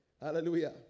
Hallelujah